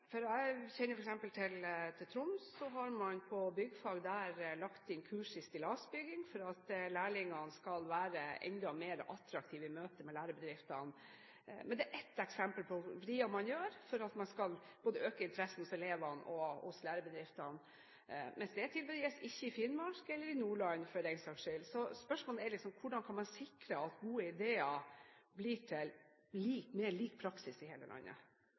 Jeg kjenner f.eks. til Troms, hvor man på byggfag har lagt inn kurs i stillasbygging for at lærlingene der skal være enda mer attraktive i møte med lærebedriftene. Det er ett eksempel på en vri man gjør for at man skal øke interessen både hos elevene og hos lærebedriftene. Men det tilbudet gis ikke i Finnmark, eller i Nordland, for den saks skyld. Spørsmålet er: Hvordan kan man sikre at gode ideer blir til mer lik praksis i hele landet?